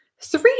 Three